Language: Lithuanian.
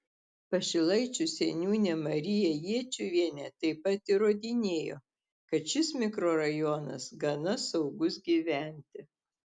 pašilaičių seniūnė marija jėčiuvienė taip pat įrodinėjo kad šis mikrorajonas gana saugus gyventi